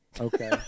Okay